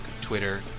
Twitter